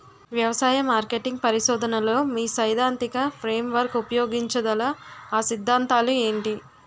వ్యవసాయ మార్కెటింగ్ పరిశోధనలో మీ సైదాంతిక ఫ్రేమ్వర్క్ ఉపయోగించగల అ సిద్ధాంతాలు ఏంటి?